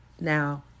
now